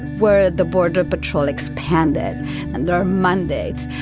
where the border patrol expanded and there are mandates.